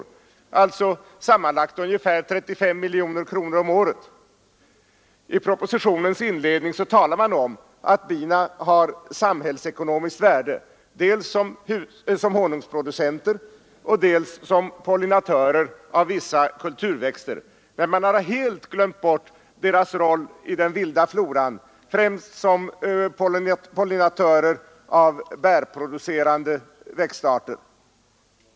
Sammanlagt rör det sig alltså om cirka 35 miljoner kronor om året. I propositionens inledning talas det om att bina har samhällsekonomiskt värde dels som honungsproducenter och dels som pollinatörer av vissa kulturväxter. Men man tycks helt ha glömt bort deras roll för den vilda floran, främst som pollinatörer av bärproducerande växtarter.